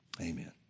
Amen